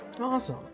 awesome